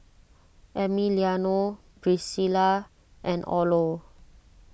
Emiliano Priscila and Orlo